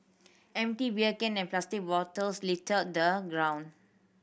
empty beer can plastic bottles littered the ground